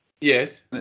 Yes